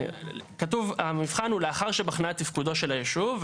כתוב "המבחן הוא לאחר שבחנה את תפקודו של היישוב".